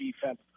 defense